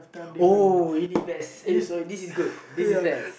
oh E D best !aiyo! sorry this is good this is bad